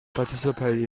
participate